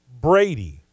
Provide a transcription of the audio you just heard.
Brady